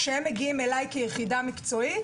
כשהם מגיעים אליי כיחידה מקצועית